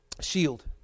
shield